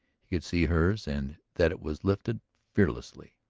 he could see hers and that it was lifted fearlessly.